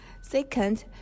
Second